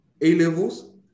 A-levels